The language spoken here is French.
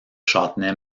châtenay